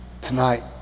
tonight